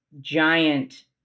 giant